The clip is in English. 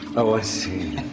i see.